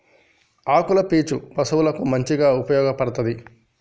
ఆకుల పీచు పశువులకు మంచిగా ఉపయోగపడ్తది